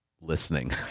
listening